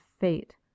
fate